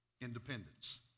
independence